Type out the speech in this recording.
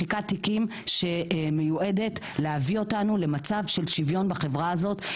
מחיקת תיקים שמיועדת להביא אותנו למצב של שוויון בחברה הזאת.